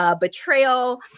Betrayal